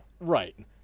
Right